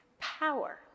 Power